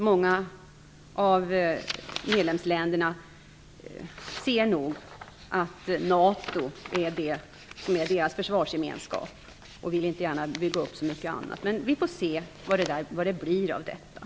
Många av medlemsländerna ser nog att NATO är deras försvarsgemenskap och vill nog inte gärna bygga upp så mycket annat. Vi får väl se vad det blir av detta.